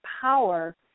power